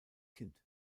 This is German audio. kind